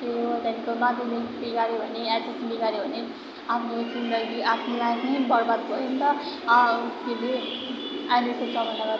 त्यही हो त्यहाँदेखिको माध्यमिक बिगाऱ्यो भने एचएस बिगाऱ्यो भने आफ्नो जिन्दगी आफ्नो आफ्नै बर्बाद भयो नि त अँ के अरे अहिले